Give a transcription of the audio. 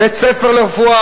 בית-ספר לרפואה.